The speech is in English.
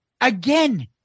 again